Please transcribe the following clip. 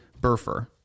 Burfer